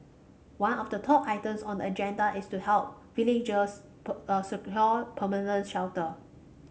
one of the top items on the agenda is to help villagers secure permanent shelter